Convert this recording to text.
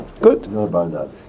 Good